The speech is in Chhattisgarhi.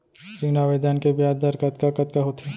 ऋण आवेदन के ब्याज दर कतका कतका होथे?